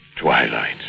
Twilight